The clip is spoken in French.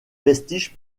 vestiges